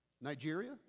Nigeria